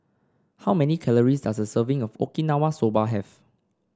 how many calories does a serving of Okinawa Soba have